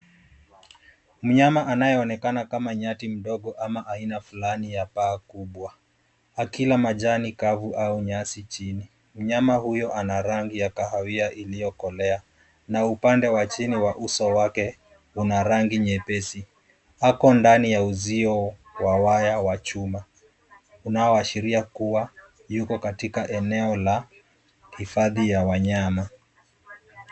Mnyama anayeonekana kama nyati mdogo ama aina fulani ya baa kubwa akila majani kavu au nyasi chini. Mnyama huyo ana rangi ya kahawia iliyokolea na upande wa chini wa uso wake una rangi nyepesi. Ako ndani ya uzio wa waya wa chuma unaoashiria kuwa yuko katika eneo la hifadhi ya wanyama.